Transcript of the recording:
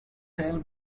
tell